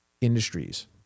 industries